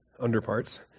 underparts